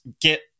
get